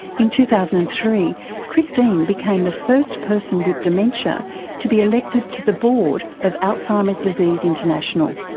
in two thousand and three christine became the first person with dementia to be elected to the board of alzheimer's disease international.